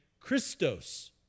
Christos